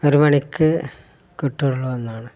ഒരു മണിക്ക് കിട്ടുള്ളൂ എന്നാണ്